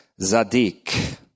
Zadik